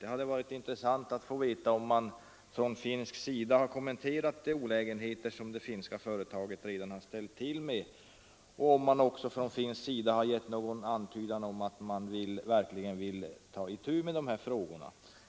Det hade varit intressant att få veta om man från finsk sida har kommenterat de olägenheter som det finska företaget redan har ställt till med och om man från finsk sida givit någon antydan om att man verkligen vill ta itu med dessa frågor.